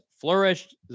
flourished